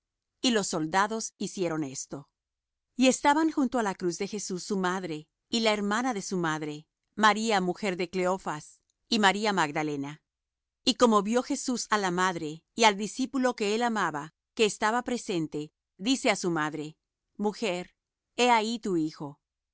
y los soldados hicieron esto y estaban junto á la cruz de jesús su madre y la hermana de su madre maría mujer de cleofas y maría magdalena y como vió jesús á la madre y al discípulo que él amaba que estaba presente dice á su madre mujer he ahí tu hijo